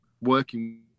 working